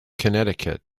connecticut